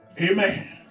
Amen